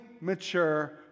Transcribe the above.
mature